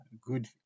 good